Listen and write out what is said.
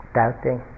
doubting